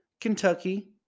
Kentucky